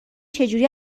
چجوری